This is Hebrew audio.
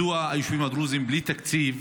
2. מדוע היישובים הדרוזיים בלי תקציב